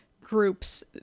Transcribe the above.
groups